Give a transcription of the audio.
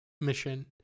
mission